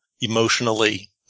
emotionally